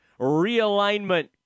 realignment